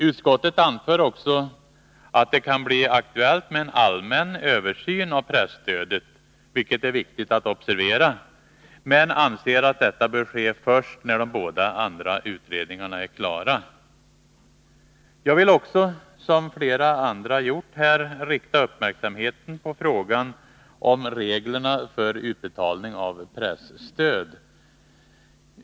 Utskottet anför också att det kan bli aktuellt med en allmän översyn av presstödet — vilket är viktigt att observera — men anser att detta bör ske först när de båda andra utredningarna är klara. Jag vill också, som flera andra, rikta uppmärksamheten på frågan om reglerna för utbetalning av presstöd.